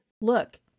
look